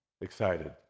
excited